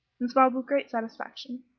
and smiled with great satisfaction.